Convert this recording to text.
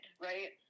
Right